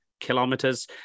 kilometers